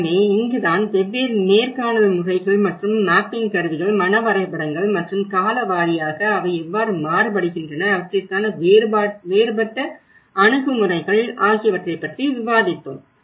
எனவே இங்குதான் வெவ்வேறு நேர்காணல் முறைகள் மற்றும் மேப்பிங் கருவிகள் மன வரைபடங்கள் மற்றும் கால வாரியாக அவை எவ்வாறு மாறுபடுகின்றன அவற்றிற்கான வேறுபட்ட அணுகுமுறைகள் ஆகியவற்றை பற்றி விவாதித்தோம்